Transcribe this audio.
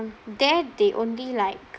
there they only like